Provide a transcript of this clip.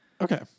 Okay